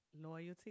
loyalty